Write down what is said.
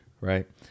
right